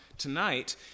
tonight